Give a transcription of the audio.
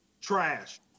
trash